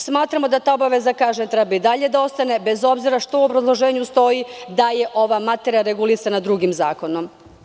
Smatramo da ta obaveza treba i dalje da ostane, bez obzira što u obrazloženju stoji da je ova materija regulisana drugim zakonom.